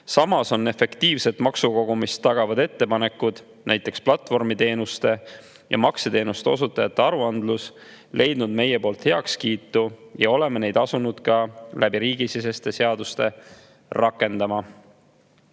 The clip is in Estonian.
Samas on efektiivset maksukogumist tagavad ettepanekud, näiteks platvormiteenuste ja makseteenuste osutajate aruandlus, leidnud meie heakskiidu ja me oleme asunud neid ka riigisiseste seadustega rakendama.